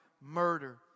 murder